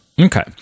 Okay